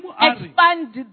Expand